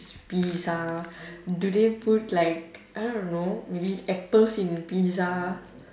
pizza do they put like I don't know maybe apples in the pizza